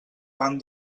van